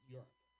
Europe